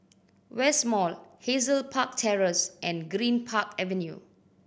West Mall Hazel Park Terrace and Greenpark Avenue